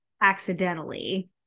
accidentally